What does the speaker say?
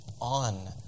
on